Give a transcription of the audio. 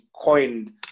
coined